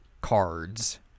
Cards